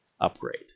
upgrade